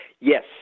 Yes